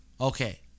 Okay